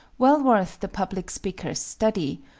well worth the public speaker's study,